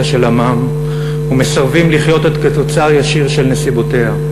של עמם ומסרבים לחיות עוד כתוצר ישיר של נסיבותיה.